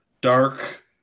dark